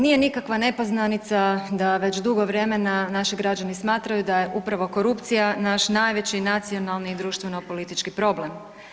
Nije nikakva nepoznanica da već dugo vremena naši građani smatraju da je upravo korupcija naš najveći nacionalni i društvenopolitički problem.